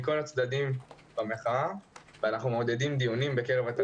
אנחנו מעודדים דיונים בקרב התלמידים על הנושא,